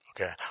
Okay